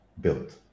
built